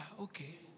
Okay